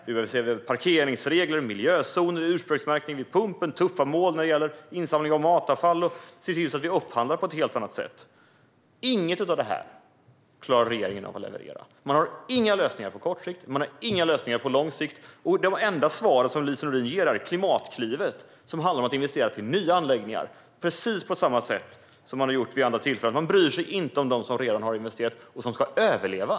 Vi behöver se över parkeringsregler, miljözoner och ursprungsmärkning vid pumpen. Vi behöver tuffa mål när det gäller insamling av matavfall. Vi måste se till att vi upphandlar på ett helt annat sätt. Inget av det här klarar regeringen av att leverera. Man har inga lösningar på kort sikt. Man har inga lösningar på lång sikt heller. Lise Nordin kan bara hänvisa till Klimatklivet, som handlar om att investera i nya anläggningar, precis på samma sätt som man har gjort vid andra tillfällen. Man bryr sig inte om dem som redan har investerat och som ska överleva.